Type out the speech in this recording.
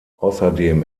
außerdem